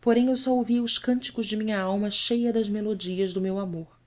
porém eu só ouvia os cânticos de minha alma cheia das melodias do meu amor